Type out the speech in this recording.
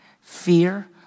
Fear